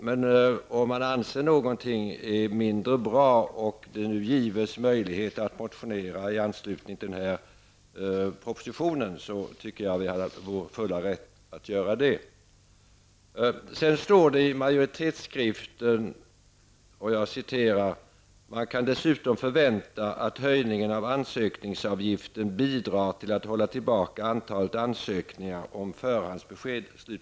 Men om man anser att något är mindre bra och det nu gives möjlighet att motionera i anslutning till propositionen, tycker jag att vi är i vår fulla rätt att göra det. I majoritetsskrivningen står: ''Man kan dessutom förvänta att höjningen av ansökningsavgiften bidrar till att hålla tillbaka antalet ansökningar om förhandsbesked.''